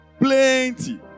Plenty